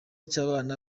cy’abana